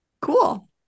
cool